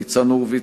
ניצן הורוביץ,